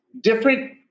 different